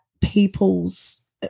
people's